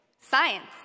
Science